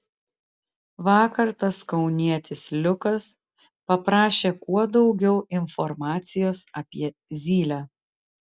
vakar tas kaunietis liukas paprašė kuo daugiau informacijos apie zylę